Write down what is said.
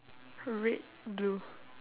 red blue